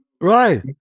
right